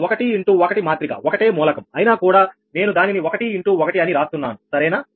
అది 1 into 1 మాత్రిక ఒకటే మూలకం అయినా కూడా నేను దానిని 1 ఇన్ టూ 1 అని రాస్తున్నాను సరేనా